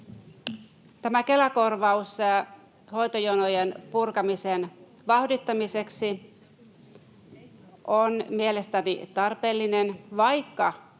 Kela-korvaus hoitojonojen purkamisen vauhdittamiseksi on mielestäni tarpeellinen, vaikka